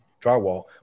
drywall